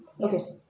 okay